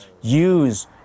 use